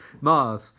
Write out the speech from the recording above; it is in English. Mars